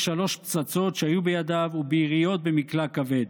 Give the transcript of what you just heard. שלוש פצצות שהיו בידיו וביריות ממקלע כבד.